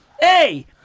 hey